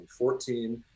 2014